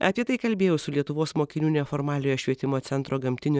apie tai kalbėjau su lietuvos mokinių neformaliojo švietimo centro gamtinio